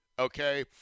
okay